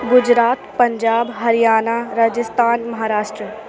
Gujarat Punjab Haryana Rajasthan Maharashtra